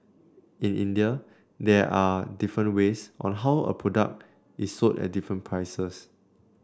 in India there are different ways on how a product is sold at different prices